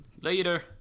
Later